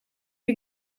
che